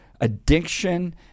addiction